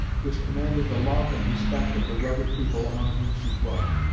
which commanded the love and respect of the rugged people among whom she dwelt.